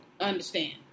understand